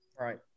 Right